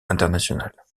internationale